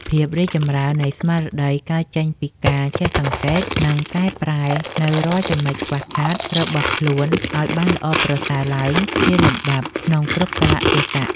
ភាពរីកចម្រើននៃស្មារតីកើតចេញពីការចេះសង្កេត និងកែប្រែនូវរាល់ចំណុចខ្វះខាតរបស់ខ្លួនឱ្យបានល្អប្រសើរឡើងជាលំដាប់ក្នុងគ្រប់កាលៈទេសៈ។